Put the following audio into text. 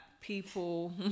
people